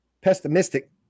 pessimistic